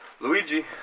Luigi